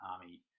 army